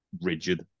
rigid